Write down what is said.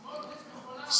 סמוֹטריץ, בחולם.